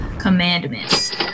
Commandments